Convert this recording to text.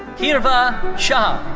hirva shah.